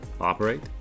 operate